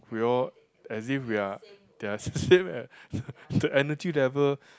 we all as if we are they are same as the energy level